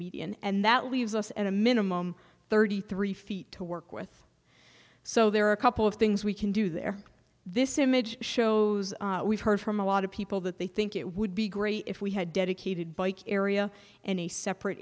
median and that leaves us and a minimum thirty three feet to work with so there are a couple of things we can do there this image shows we've heard from a lot of people that they think it would be great if we had dedicated bike area and a separate